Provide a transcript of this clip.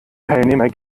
teilnehmer